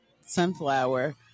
Sunflower